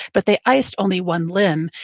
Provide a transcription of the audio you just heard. but they iced only one limb.